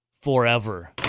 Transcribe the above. forever